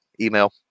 email